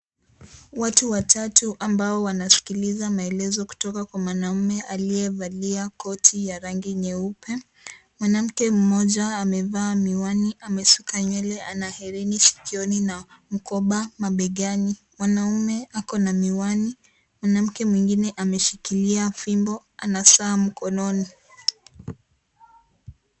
Watu watatu ambao wanasikiliza maelezo kutoka kwa mwanamume aliyevalia koti ya rangi nyeupe. Mwanamke mmoja amevaa miwani, amesuka nywele, ana hereni sikioni na mkoba mabegani. Mwanamume ako na miwani. Mwanamke mwingine ameshikilia fimbo ana saa mkononi.